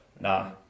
Nah